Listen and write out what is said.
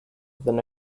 than